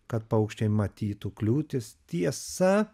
kad paukščiai matytų kliūtis tiesa